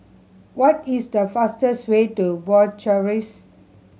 what is the fastest way to Bucharest